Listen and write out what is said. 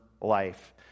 life